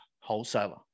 wholesaler